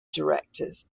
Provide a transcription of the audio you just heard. directors